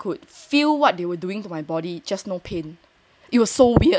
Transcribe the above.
just no pain